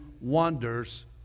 wonders